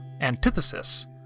Antithesis